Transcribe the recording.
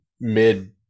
mid